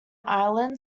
ireland